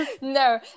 no